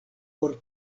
por